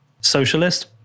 socialist